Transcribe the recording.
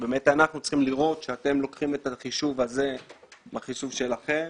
שאנחנו צריכים לראות שאתם לוקחים את החישוב הזה בחישוב שלכם.